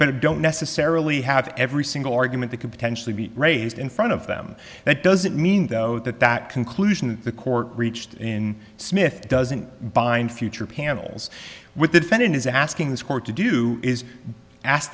but don't necessarily have every single argument that could potentially be raised in front of them that doesn't mean though that that conclusion the court reached in smith doesn't bind future panels with the defendant is asking this court to do is a